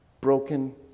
broken